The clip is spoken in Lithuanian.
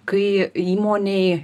kai įmonei